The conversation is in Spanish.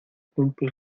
cumpla